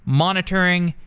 monitoring,